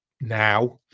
now